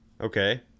Okay